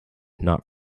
not